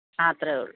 ആ അത്രയേ ഉള്ളൂ